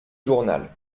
journal